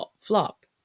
flop